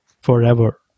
forever